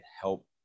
help